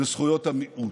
וזכויות המיעוט: